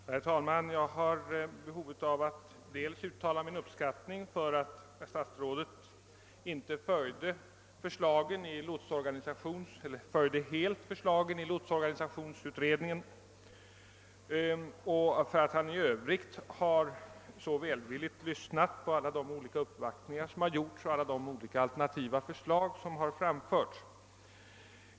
Herr talman! Jag har ett behov av att uttala min uppskattning av att statsrådet inte helt fölit förslagen i lotsorganisationsutredningens betänkande och av att han i övrigt så välvilligt lyssnat till alla de uppvaktningar som gjorts och tagit del av de alternativ som där vid framförts.